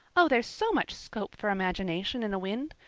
oh, there's so much scope for imagination in a wind!